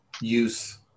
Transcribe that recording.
use